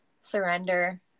surrender